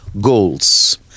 goals